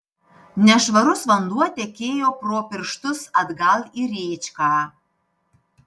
nešvarus vanduo tekėjo pro pirštus atgal į rėčką